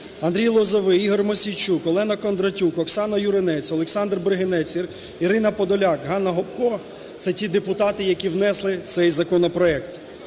Андрій Лозовий, Ігор Мосійчук, Олена Кондратюк, Оксана Юринець, Олександр Брагинець, Ірина Подоляк, Ганна Гопко – це ті депутати, які внесли цей законопроект.